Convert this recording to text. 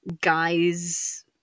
Guys